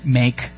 make